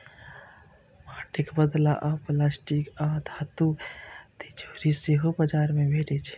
माटिक बदला आब प्लास्टिक आ धातुक तिजौरी सेहो बाजार मे भेटै छै